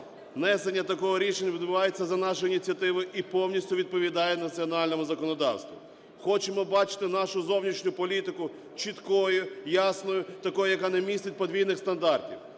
Внесення такого рішення відбувається за нашою ініціативою і повністю відповідає національному законодавству. Хочемо бачити нашу зовнішню політику чіткою, ясною, такою, яка не містить подвійних стандартів.